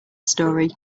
story